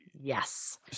Yes